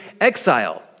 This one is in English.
exile